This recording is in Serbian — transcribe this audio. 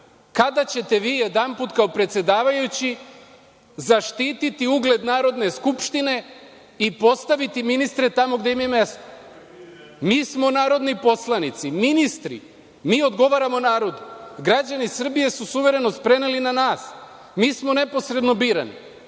Kada ćete vi jedanput kao predsedavajući zaštiti ugled Narodne skupštine i postaviti ministre tamo gde im je mesto. Mi smo narodni poslanici. Ministri, mi odgovaramo narodu, građani su suverenost preneli na nas, mi smo neposredno birani,